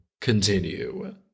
continue